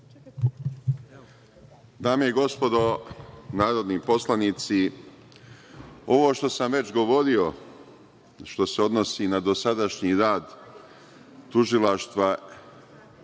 Dame i gospodo narodni poslanici, ovo što sam već govorio, što se odnosi na dosadašnji rad Tužilaštva